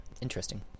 Interesting